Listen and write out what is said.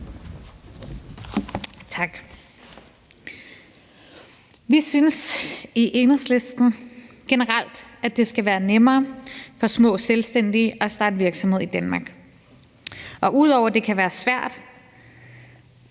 Vi synes i Enhedslisten generelt, at det skal være nemmere for små selvstændige at starte virksomhed i Danmark, og ud over at det kan være svært,